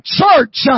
church